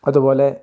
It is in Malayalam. അതുപോലെ